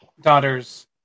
daughter's